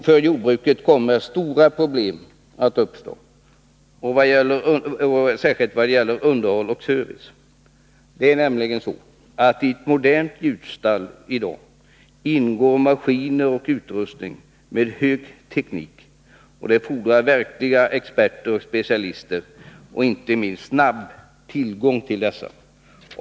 För jordbruket kommer stora problem att uppstå, särskilt när det gäller underhåll och service. I ett modernt djurstall i dag ingår maskiner och utrustning med hög teknik. Det fordras verkliga experter och specialister, inte minst snabb tillgång till dessa.